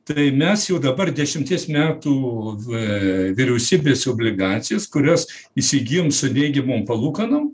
tai mes jau dabar dešimties metų ve vyriausybės obligacijas kurias įsigijom su neigiamom palūkanom